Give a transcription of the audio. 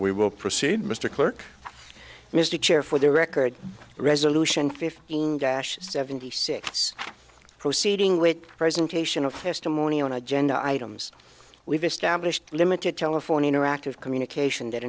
we will proceed mr clerk mr chair for the record the resolution fifteen dash seventy six proceeding with presentation of testimony on agenda items we've established limited telephone interactive communication that